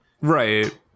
right